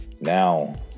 now